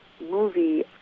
movie